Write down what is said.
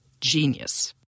genius